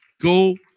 Go